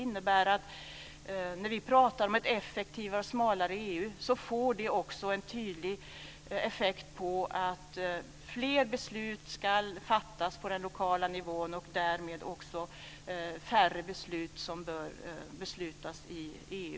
När vi pratar om ett effektivare och smalare EU innebär det alltså att fler beslut ska fattas på den lokala nivån och därmed också färre beslut i EU.